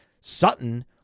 Sutton